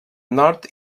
nord